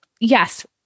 yes